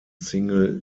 single